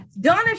Donna